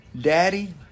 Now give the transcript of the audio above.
Daddy